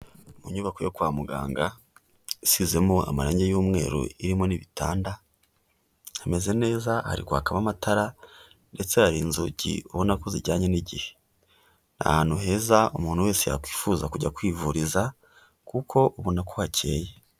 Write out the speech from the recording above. Mu nyubako yo kwa muganga isizemo amarange y'umweru irimo n'ibitanda, hameze neza hari kwakamo amatara ndetse hari inzugi ubona ko zijyanye n'igihe, ni ahantu heza umuntu wese yakwifuza kujya kwivuriza kuko ubona ko hakeye.